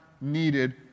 needed